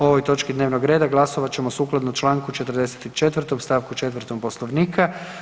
O ovoj točki dnevnog reda glasovat ćemo sukladno čl. 44. st. 4. Poslovnika.